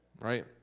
Right